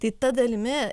tai ta dalimi